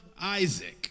Isaac